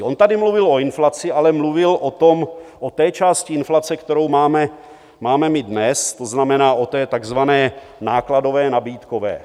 On tady mluvil o inflaci, ale mluvil o té části inflace, kterou máme my dnes, to znamená o té takzvané nákladové, nabídkové.